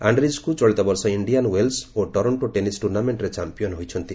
ଆଣ୍ଡ୍ରିଜ୍କୁ ଚଳିତ ବର୍ଷ Indian Wells ଓ ଟରକ୍କୋ ଟେନିସ୍ ଟୁର୍ଣ୍ଣାମେଣ୍ଟରେ ଚାମ୍ପିଆନ୍ ହୋଇଛନ୍ତି